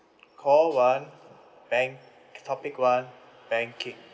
call one bank topic one banking